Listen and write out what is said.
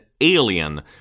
Alien